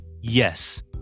Yes